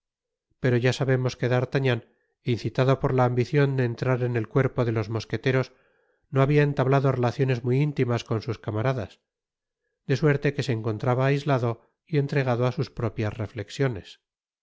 pero ya sabemos que d'artagnan incitado por la ambicion de entrar en el cuerpo de los mosqueteros no habia entablado relaciones muy intimas con sus caniaradas de suerte que se encontraba aislado y entregado á sus propias reflexiones